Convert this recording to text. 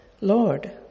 Lord